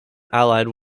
allied